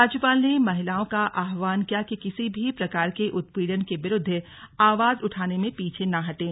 राज्यपाल ने महिलाओं का आह्वान किया कि किसी भी प्रकार के उत्पीड़न के विरूद्व आवाज उठाने में पीछे न हटे